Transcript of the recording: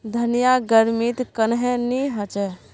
धनिया गर्मित कन्हे ने होचे?